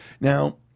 Now